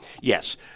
Yes